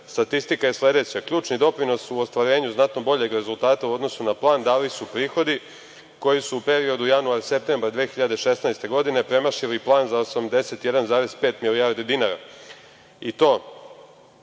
Statistika je sledeća. Ključni doprinos u ostvarenju znatno boljeg rezultata u odnosu na plan dali su prihodi koji su u periodu januar-septembar 2016. godine premašili plan za 81,5 milijardi dinara